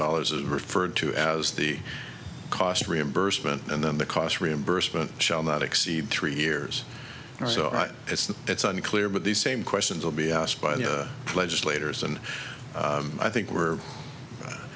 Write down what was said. dollars is referred to as the cost reimbursement and then the cost reimbursement shall not exceed three years so it's that it's unclear but the same questions will be asked by the legislators and i think we're